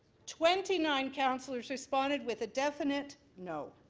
twenty nine counselors responded with a definite no.